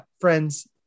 friends